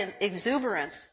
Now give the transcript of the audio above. exuberance